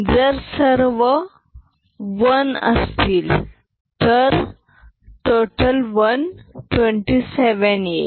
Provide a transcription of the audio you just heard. जर सर्व वन असतील तर 127 येईल